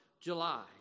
July